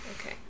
Okay